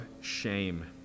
shame